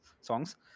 songs